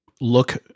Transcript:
look